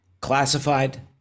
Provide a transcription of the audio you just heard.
classified